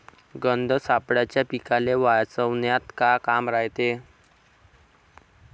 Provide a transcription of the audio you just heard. गंध सापळ्याचं पीकाले वाचवन्यात का काम रायते?